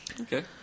Okay